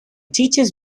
teachers